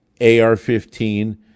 AR-15